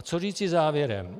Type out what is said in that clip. Co říci závěrem?